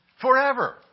forever